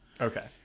Okay